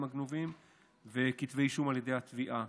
הגנובים וכתבי אישום על ידי התביעה.